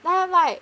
lah like